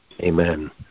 Amen